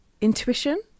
intuition